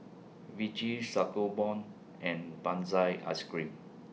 Vichy Sangobion and Benzac Ice Cream